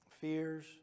fears